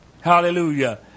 Hallelujah